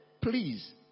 Please